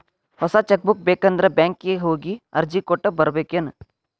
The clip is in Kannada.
ಹೊಸ ಚೆಕ್ ಬುಕ್ ಬೇಕಂದ್ರ ಬ್ಯಾಂಕಿಗೆ ಹೋಗಿ ಅರ್ಜಿ ಕೊಟ್ಟ ಬರ್ಬೇಕೇನ್